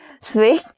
swing